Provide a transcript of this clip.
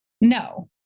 No